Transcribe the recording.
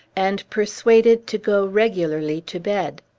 and persuaded to go regularly to bed.